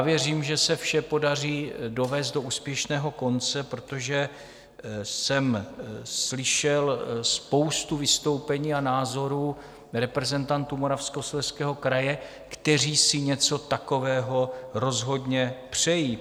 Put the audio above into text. Věřím, že se vše podaří dovést do úspěšného konce, protože jsem slyšel spoustu vystoupení a názorů reprezentantů Moravskoslezského kraje, kteří si něco takového rozhodně přejí.